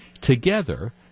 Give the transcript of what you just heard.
Together